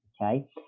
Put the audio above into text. Okay